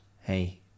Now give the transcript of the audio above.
hey